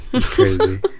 Crazy